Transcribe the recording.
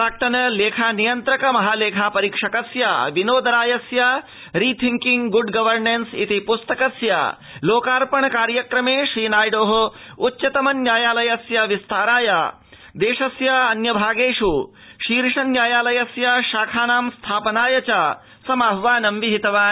प्राक्तन लेखानियन्त्रक महालेखा परीक्षकस्य विनोदरायस्य रि थिंकिंग गुड गवर्नेंस इति पुस्तकस्य लोकापर्ण कार्यक्रमे श्रीनायड् उच्चतमन्यायालस्य विस्ताराय देशस्य अन्यभागेषु शीर्षन्यायालयस्य शाखानं स्थापनाय च समाद्वानं विहितवान्